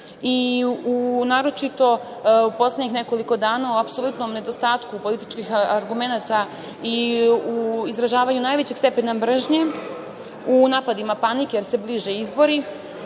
a naročito poslednjih nekoliko dana. U apsolutnom nedostatku političkih argumenata i u izražavanju najvećeg stepena mržnje, u napadima panike jer se bliže izbori,